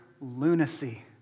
lunacy